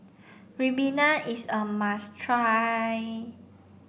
Ribena is a must try